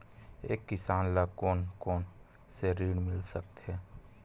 एक किसान ल कोन कोन से ऋण मिल सकथे?